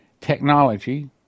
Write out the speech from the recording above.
technology